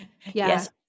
Yes